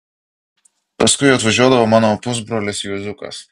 paskui atvažiuodavo mano pusbrolis juoziukas